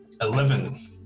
Eleven